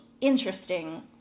interesting